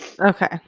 Okay